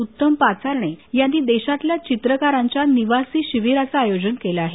उत्तम पाचारणे यांनी देशातल्या चित्रकारांच्या निवासी शिविराचं आयोजन केलं आहे